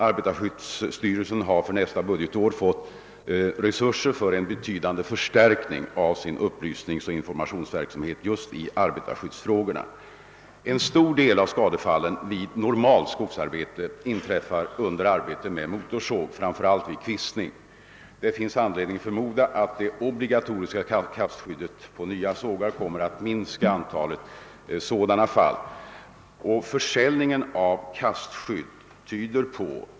Arbetarskyddsstyrelsen har för nästa budgetår fått resurser för en betydande förstärkning av sin upplysningsoch informationsverksamhet just i arbetarskyddsfrågor. En stor del av skadefallen vid normalt skogsarbete inträffar under arbete med motorsåg, framför allt vid kvistning. Det finns anledning förmoda att det obligatoriska kastskyddet på nya sågar kommer att minska antalet sådana fall. Försäljningen av kastskydd tyder på.